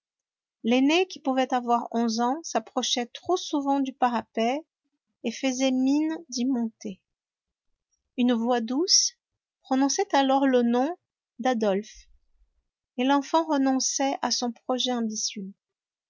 l'aîné qui pouvait avoir onze ans s'approchait trop souvent du parapet et faisait mine d'y monter une voix douce prononçait alors le nom d'adolphe et l'enfant renonçait à son projet ambitieux